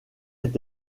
est